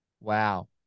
Wow